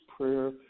prayer